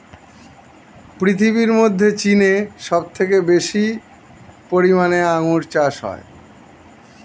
পৃথিবীর মধ্যে চীনে সবচেয়ে বেশি পরিমাণে আঙ্গুর চাষ হয়